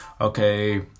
okay